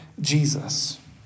Jesus